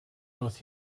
both